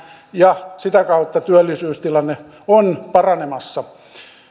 ja sitä kautta työllisyystilanne on paranemassa